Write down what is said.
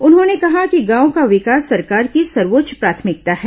उन्होंने कहा कि गांव का विकास सरकार की सर्वोच्च प्राथमिकता है